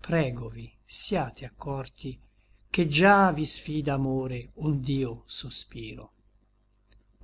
pregovi siate accorti ché già vi sfida amore ond'io sospiro